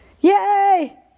Yay